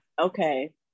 okay